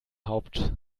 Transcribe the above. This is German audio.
haupt